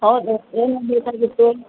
ಹೌದು ಏನು ಬೇಕಾಗಿತ್ತು ರೀ